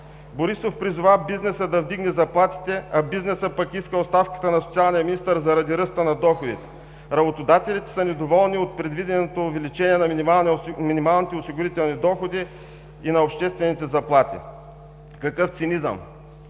Борисов призова бизнеса да вдигне заплатите, а бизнесът пък иска оставката на социалния министър заради ръста на доходите. Работодателите са недоволни от предвиденото увеличение на минималните осигурителни доходи и на обществените заплати. Какъв цинизъм!